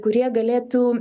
kurie galėtų